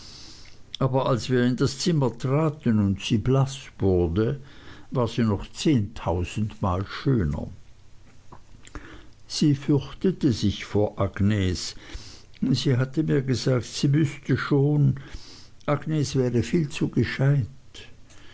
aber als wir in das zimmer traten und sie blaß wurde war sie noch zehntausendmal schöner sie fürchtete sich vor agnes sie hatte mir gesagt sie wüßte schon agnes wäre viel zu gescheit